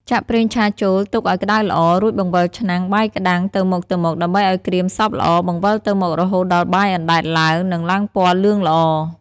ចាក់ប្រេងឆាចូលទុកអោយក្ដៅល្អ រួចបង្វិលឆ្នាំងបាយក្ដាំងទៅមកៗដើម្បីអោយក្រៀមសព្វល្អ បង្វិលទៅមករហូតដល់បាយអណ្ដែតឡើងនិងឡើងពណ៌លឿងល្អ។